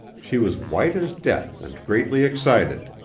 she was white as death and greatly excited.